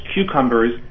cucumbers